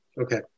Okay